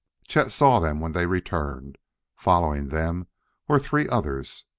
chet saw them when they returned following them were three others.